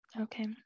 Okay